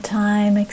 time